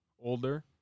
older